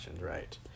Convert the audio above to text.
right